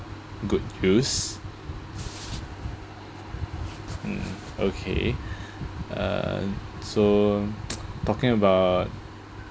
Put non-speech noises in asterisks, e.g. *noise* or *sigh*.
good use *breath* mm okay *breath* uh so *noise* talking about